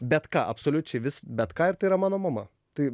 bet ką absoliučiai vis bet kartą ir tai yra mano mama tai